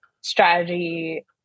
strategy